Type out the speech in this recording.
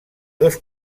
dos